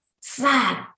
sad